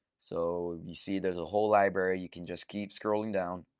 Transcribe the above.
so you see, there's a whole library. you can just keep scrolling down.